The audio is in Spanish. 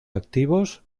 activos